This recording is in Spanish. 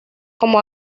como